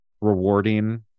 rewarding